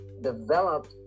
developed